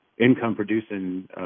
income-producing